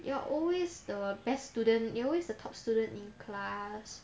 you're always the best student you're always the top student in class